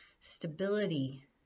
stability